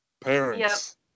Parents